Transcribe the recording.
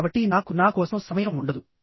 కాబట్టి నాకు నా కోసం సమయం ఉండదు